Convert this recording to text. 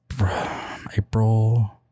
April